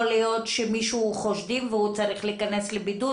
להיות שחושדים במישהו והוא צריך להיכנס לבידוד,